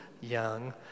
young